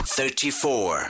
Thirty-four